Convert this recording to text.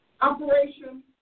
Operation